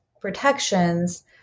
protections